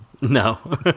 No